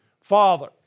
Father